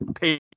pay